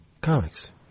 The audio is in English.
comics